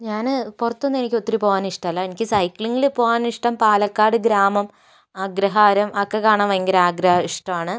ഞാന് പുറത്തൊന്നും എനിക്കൊത്തിരി പോവാൻ എനിക്കിഷ്ടമല്ല എനിക്ക് സൈക്ലിങ്ങില് പോവാനിഷ്ടം പാലക്കാട് ഗ്രാമം അഗ്രഹാരം ഒക്കെ കാണാൻ ഭയങ്കര ആഗ്രഹമാണ് ഇഷ്ടമാണ്